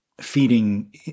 feeding